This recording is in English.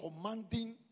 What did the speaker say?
commanding